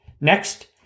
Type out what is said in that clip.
Next